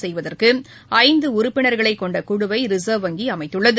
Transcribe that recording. செய்வதற்குஐந்துஉறுப்பினர்களைக் கொண்டகுழுவைரிசர்வ் வங்கிஅமைத்துள்ளது